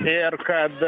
ir kad